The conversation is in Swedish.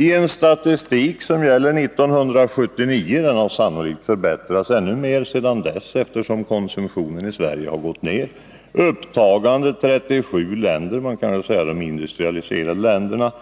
I en statistik som gäller 1979 — den har sannolikt förbättrats sedan dess, eftersom konsumtionen i Sverige har gått ner — upptagande 37 länder, och de kan väl sägas vara de industrialiserade länderna,